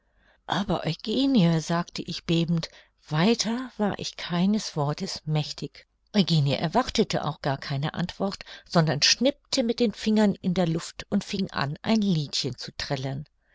aber eugenie sagte ich bebend weiter war ich keines wortes mächtig eugenie erwartete auch gar keine antwort sondern schnippte mit den fingern in der luft und fing an ein liedchen zu trällern